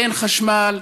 אין חשמל,